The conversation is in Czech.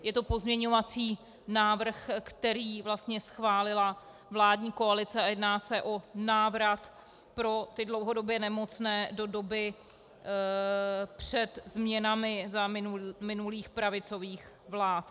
Je to pozměňovací návrh, který vlastně schválila vládní koalice, a jedná se o návrat pro dlouhodobě nemocné do doby před změnami za minulých pravicových vlád.